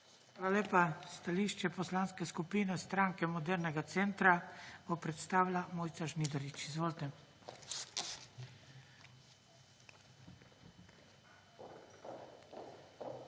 Hvala lepa. Stališče poslanske skupine Stranke Modernega centra bo predstavila Mojca Žnidarič. Izvolite. **12.